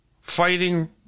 fighting